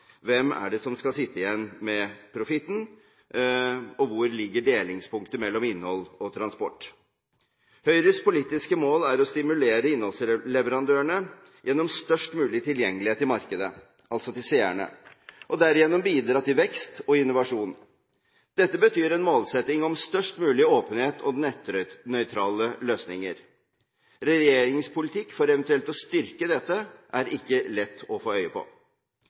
Hvem er det som skal sitte igjen med profitten, og hvor ligger delingspunktet mellom innhold og transport? Høyres politiske mål er å stimulere innholdsleverandørene gjennom størst mulig tilgjengelighet til markedet – altså til seerne – og derigjennom bidra til vekst og innovasjon. Dette betyr en målsetting om størst mulig åpenhet og nettnøytrale løsninger. Regjeringens politikk for eventuelt å styrke dette er ikke lett å få øye på.